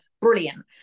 brilliant